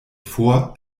vor